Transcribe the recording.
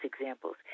examples